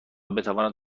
بتواند